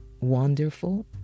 wonderful